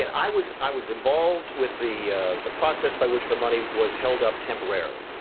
and i was i was involved with the ah the process by which the money was held up temporarily,